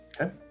Okay